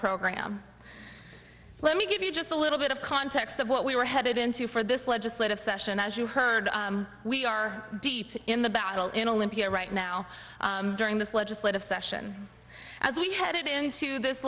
program let me give you just a little bit of context of what we were headed into for this legislative session as you heard we are deep in the battle in olympia right now during this legislative session as we headed into this